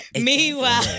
Meanwhile